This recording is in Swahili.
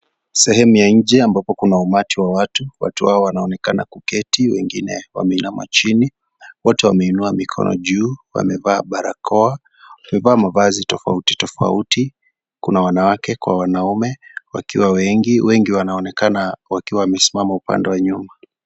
Sehemu ya nje ambapo kuna umati wa watu, watu hawa wanaonekana kuketi wengine wameinama chini, wote wameinua mikono juu wamevaa barakoa, wamevaa mavazi tofautitofauti, kuna wanawake kwa wanaume wakiwa wengi, wengi wanaonekana wakiwa wamesimama upande wa nyuma.